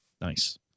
Nice